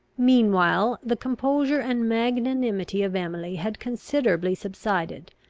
meanwhile, the composure and magnanimity of emily had considerably subsided,